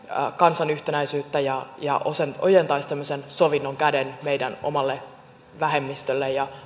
kansan yhtenäisyyttä ja ja ojentaisi tämmöisen sovinnon käden meidän omalle vähemmistöllemme ja